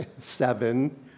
Seven